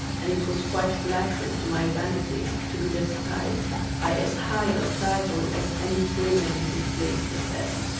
and it was quite flattering to my vanity to be thus styled by as high a title as any free man in this place possessed.